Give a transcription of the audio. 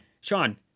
Sean